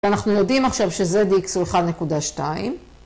אנחנו יודעים עכשיו שZx הוא 1.2.